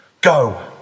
Go